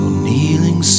kneeling